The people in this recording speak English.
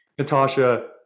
Natasha